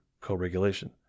co-regulation